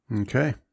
Okay